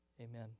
Amen